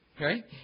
right